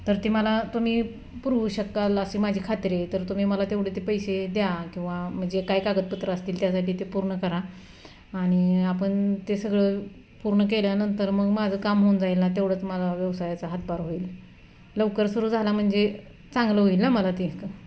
तर ते मला तुम्ही पुरवू शकाल असे माझी खात्री आहे तर तुम्ही मला तेवढे ते पैसे द्या किंवा मग जे काय कागदपत्र असतील त्यासाठी ते पूर्ण करा आणि आपण ते सगळं पूर्ण केल्यानंतर मग माझं काम होऊन जाईल ना तेवढंच मला व्यवसायाचा हातभार होईल लवकर सुरू झाला म्हणजे चांगलं होईल ना मला ते क